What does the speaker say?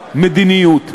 והמדיניות.